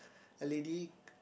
a lady